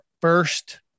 first